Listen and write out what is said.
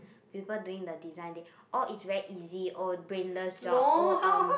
people doing the design they orh it's very easy oh brainless job oh um